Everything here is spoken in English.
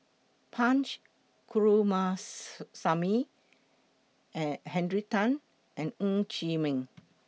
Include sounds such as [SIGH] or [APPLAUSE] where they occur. Punch Coomaraswamy [HESITATION] Henry Tan and Ng Chee Meng